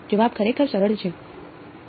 જવાબ ખરેખર ખૂબ સરળ છે ફક્ત તેને જુઓ